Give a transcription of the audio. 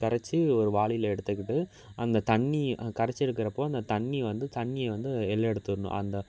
கரைத்து ஒரு வாளியில் எடுத்துக்கிட்டு அந்த தண்ணி அந்த கரைச்சி இருக்கறப்போ அந்த தண்ணி வந்து தண்ணி வந்து வெளில எடுத்துடணும்